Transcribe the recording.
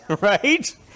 right